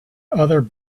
other